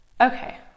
Okay